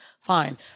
fine